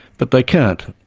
but they can't.